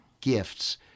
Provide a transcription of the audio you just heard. gifts